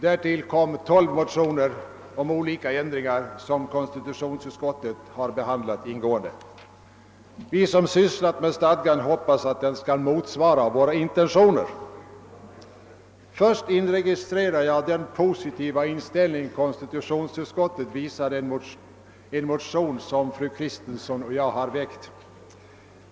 Därtill kommer 12 motioner om olika ändringar som konstitutionsutskottet har behandlat ingående. Vi som sysslat med stadgan hoppas att den skall motsvara våra intentioner. | Först inregistrerar jag den positiva inställning konstitutionsutskottet visade en motion som fru Kristensson och jag väckt.